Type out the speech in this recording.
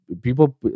People